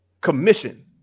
Commission